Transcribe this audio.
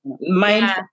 mind